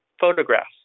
photographs